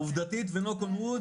עובדתית ו"נדפוק על עץ",